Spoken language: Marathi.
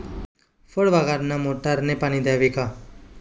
फळबागांना मोटारने पाणी द्यावे का?